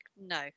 no